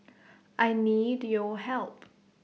I need your help